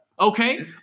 Okay